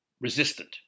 resistant